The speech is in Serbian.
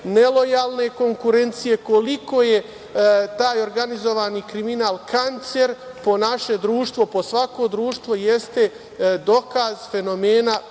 nelojalne konkurencije koliko je taj organizovani kriminal kancer po naše društvo, po svako društvo, jeste dokaz fenomena